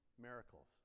miracles